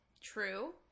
True